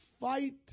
Fight